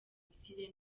misiri